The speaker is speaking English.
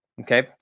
Okay